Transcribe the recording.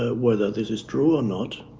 ah whether this is true or not.